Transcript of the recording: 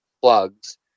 plugs